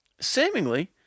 seemingly